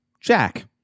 jack